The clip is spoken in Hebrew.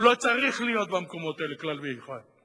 הוא לא צריך להיות במקומות האלה כלל ועיקר.